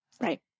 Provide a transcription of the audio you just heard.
Right